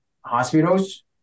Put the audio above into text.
hospitals